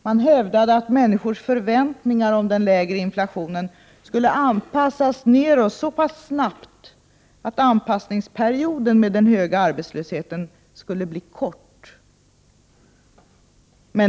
Man hävdade att människornas förväntningar om en lägre inflation skulle anpassas nedåt så pass snabbt att anpassningsperioden med hög arbetslöshet skulle bli kort.